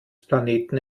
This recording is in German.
planeten